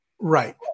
Right